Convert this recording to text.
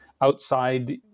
outside